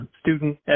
student